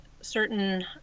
certain